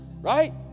right